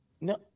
No